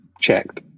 checked